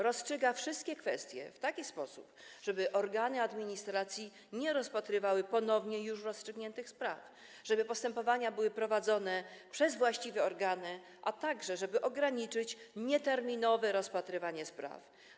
Rozstrzyga wszystkie kwestie w taki sposób, żeby organy administracji nie rozpatrywały ponownie już rozstrzygniętych spraw, żeby postępowania były prowadzone przez właściwe organy, a także żeby ograniczyć nieterminowe rozpatrywanie spraw.